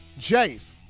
Jace